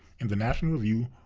in the national review,